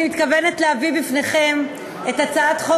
אני מתכבדת להביא בפניכם את הצעת חוק